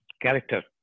character